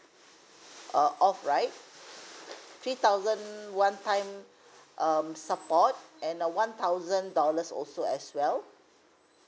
err off right three thousand one time um support and uh one thousand dollars also as well